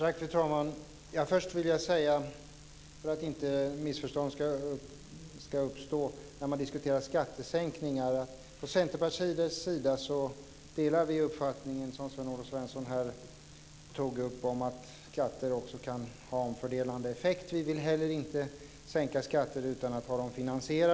Fru talman! Jag vill först för att missförstånd inte ska uppstå säga apropå skattesänkningar att vi från Centerpartiet delar den uppfattning som Per-Olof Svensson här redovisade att skatter kan ha en fördelande effekt. Vi vill vidare inte ha ofinansierade skattesänkningar.